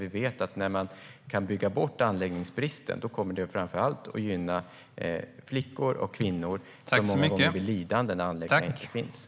Vi vet att när anläggningsbristen byggs bort gynnas framför allt att flickor och kvinnor, som många gånger blir lidande när det inte finns anläggningar.